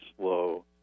slow